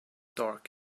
dark